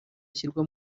ashyirwa